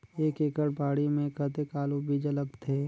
एक एकड़ बाड़ी मे कतेक आलू बीजा लगथे?